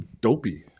dopey